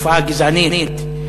תופעה גזענית.